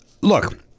Look